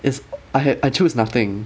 is I had I chose nothing